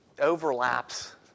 overlaps